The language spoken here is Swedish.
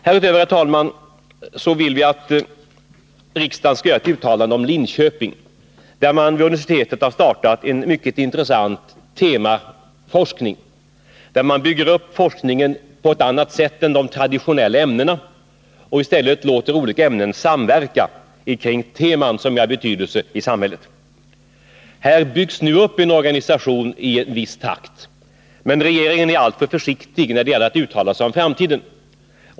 Härutöver, herr talman, vill vi att riksdagen skall göra ett uttalande om Linköping, där man vid universitetet har startat en intressant temaforskning. Man bygger upp forskningen på ett annat sätt än i de traditionella ämnena och låter i stället arbetet i olika ämnen samverka kring teman som är av betydelse i samhället. Här byggs nu upp en organisation i viss takt, men regeringen är alltför försiktig när det gäller att uttala sig om framtiden.